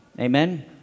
Amen